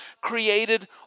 created